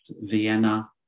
Vienna